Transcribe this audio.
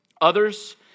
Others